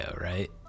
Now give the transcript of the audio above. right